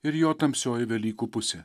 ir jo tamsioji velykų pusė